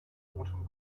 rotem